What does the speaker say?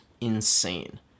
insane